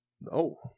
No